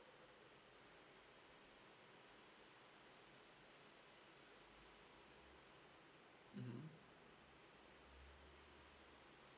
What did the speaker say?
mmhmm